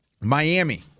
Miami